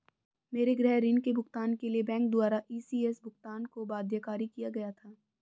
मेरे गृह ऋण के भुगतान के लिए बैंक द्वारा इ.सी.एस भुगतान को बाध्यकारी किया गया था